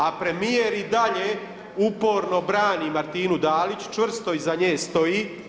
A premijer i dalje uporno brani Martinu Dalić, čvrsto iza nje stoji.